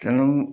ତେଣୁ